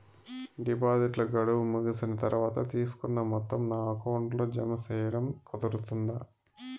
డిపాజిట్లు గడువు ముగిసిన తర్వాత, తీసుకున్న మొత్తం నా అకౌంట్ లో జామ సేయడం కుదురుతుందా?